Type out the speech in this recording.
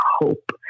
hope